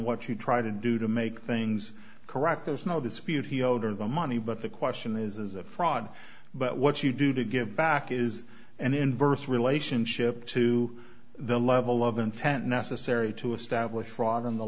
what you try to do to make things correct there's no dispute he owed her the money but the question is as a fraud but what you do to give back is an inverse relationship to the level of intent necessary to establish fraud on the